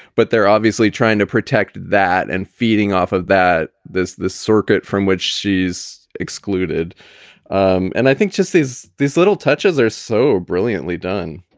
but they're obviously trying to protect that and feeding off of that this this circuit from which she's excluded um and i think just these these little touches are so brilliantly done